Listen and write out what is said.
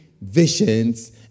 visions